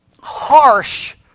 harsh